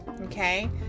okay